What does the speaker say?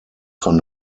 von